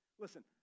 Listen